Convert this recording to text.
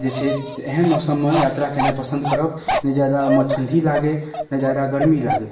जे छै से एहन मौसममे यात्रा केनाइ पसन्द करब ने जादा ओइमे ठण्डी लागै ने जादा गर्मी लागै